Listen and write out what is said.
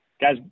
guys